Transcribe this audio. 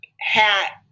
hat